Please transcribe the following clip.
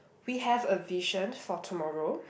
we have a vision for tomorrow